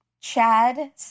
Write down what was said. Chad